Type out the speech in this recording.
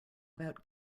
about